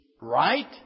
right